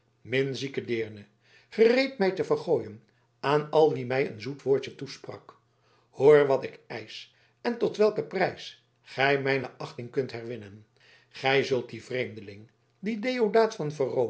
minzieke deerne gereed mij te vergooien aan al wie mij een zoet woordje toesprak hoor wat ik eisch en tot welken prijs gij mijne achting kunt herwinnen gij zult dien vreemdeling dien deodaat van